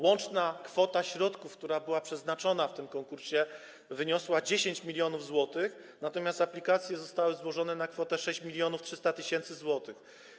Łączna kwota środków, jaka była przeznaczona w tym konkursie, wyniosła 10 mln zł, natomiast aplikacje zostały złożone na kwotę 6300 tys. zł.